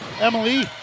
Emily